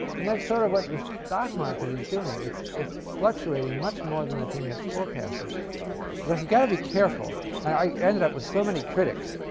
and that's sort of what the stock market is doing it's it's fluctuating much more than the thing that's forecasted. you've got to be careful i ended up with so many critics.